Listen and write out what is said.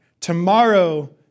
Tomorrow